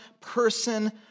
person